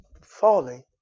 falling